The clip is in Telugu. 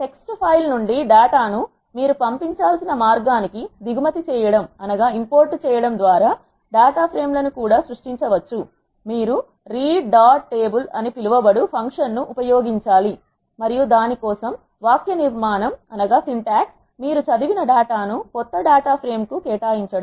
టెక్స్ట్ ఫైల్ నుండి డేటాను మీరు పంపించాల్సిన మార్గానికి దిగుమతి చేయడం ద్వారా డాటా ఫ్రేమ్ లను కూడా సృష్టించవచ్చు మీరు రీడ్ డాట్ టేబుల్ అని పిలువబడు ఫంక్షన్ ను ఉపయోగించాలి మరియు దాని కోసం వాక్యనిర్మాణం మీరు చదివిన డేటాను కొత్త డేటా ఫ్రేమ్ కు కేటాయించడం